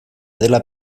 dela